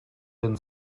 been